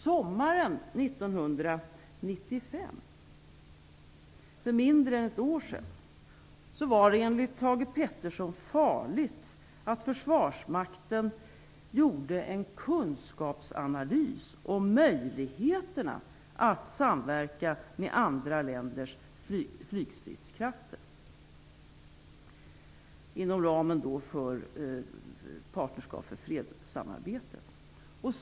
Sommaren 1995, för mindre än ett år sedan, var det enligt Thage G Peterson farligt att Försvarsmakten gjorde en kunskapsanalys om möjligheterna att samverka med andra länders flygstridskrafter inom ramen för Partnerskap för fred-samarbetet.